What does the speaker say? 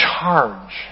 charge